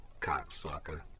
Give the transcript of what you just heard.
cocksucker